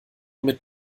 mit